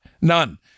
None